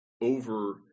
over